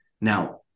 Now